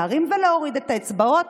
להרים ולהוריד את האצבעות